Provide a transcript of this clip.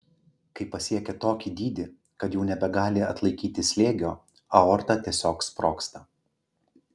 kai pasiekia tokį dydį kad jau nebegali atlaikyti slėgio aorta tiesiog sprogsta